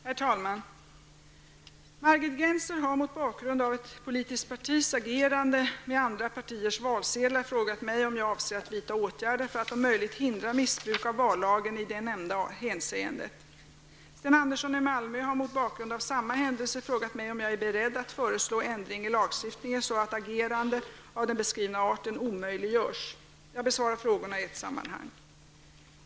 Herr talman! Margit Gennser har mot bakgrund av ett politiskt partis agerande med andra partiers valsedlar frågat mig om jag avser att vidta åtgärder för att om möjligt hindra missbruk av vallagen i det nämnda hänsendet. Sten Andersson i Malmö har mot bakgrund av samma händelse frågat mig om jag är beredd att föreslå ändring i lagstiftningen så att agerande av den beskrivna arten omöjliggörs. Jag besvarar frågorna i ett sammanhang.